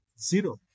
zero